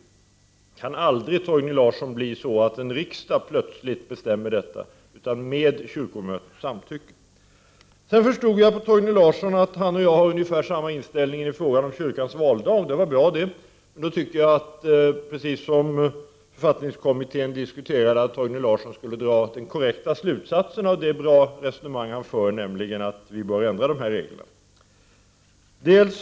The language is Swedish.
Det kan aldrig bli så att en riksdag plötsligt bestämmer detta, Torgny Larsson, utan det skall ske med kyrkomötets samtycke. Jag förstod på Torgny Larsson att han och jag har ungefär samma inställning i frågan om kyrkans valdag. Det var bra det. Men då tycker jag att Torgny Larsson skulle dra den korrekta slutsatsen av det resonemang han för, nämligen att vi bör ändra dessa regler, precis som författningskommittén diskuterade.